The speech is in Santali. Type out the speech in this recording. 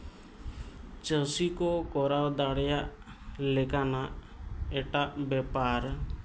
ᱪᱟᱹᱥᱤ ᱠᱚ ᱠᱚᱨᱟᱣ ᱫᱟᱲᱮᱭᱟᱜᱼᱟ ᱞᱮᱠᱟᱱᱟᱜ ᱮᱴᱟᱜ ᱵᱮᱯᱟᱨ